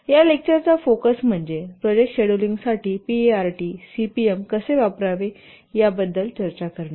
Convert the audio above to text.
आणि या लेक्चरचा फोकस म्हणजे प्रोजेक्ट शेड्यूलिंगसाठी पीईआरटी सीपीएम कसे वापरावे याबद्दल चर्चा करणे